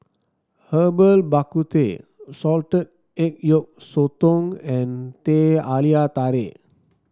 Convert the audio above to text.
Herbal Bak Ku Teh Salted Egg Yolk Sotong and Teh Halia Tarik